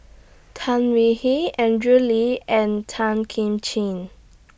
Tan We He Andrew Lee and Tan Kim Ching